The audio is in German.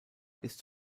ist